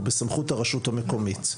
הוא בסמכות הרשות המקומית.